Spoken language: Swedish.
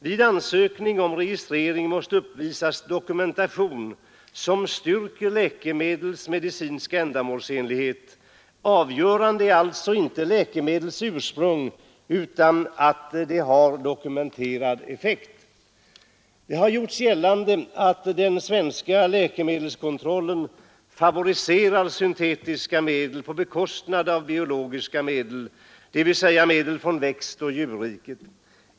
Vid ansökan om registrering måste uppvisas dokumentation som styrker läkemedlets medicinska ändamålsenlighet. Avgörande är alltså inte läkemedlets ursprung utan att det har dokumenterad effekt. Det har gjorts gällande att den svenska läkemedelskontrollen favoriserar syntetiska medel på bekostnad av biologiska medel, dvs. medel från växtoch djurriket.